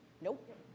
Nope